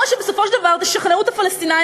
או שבסופו של דבר תשכנעו את הפלסטינים,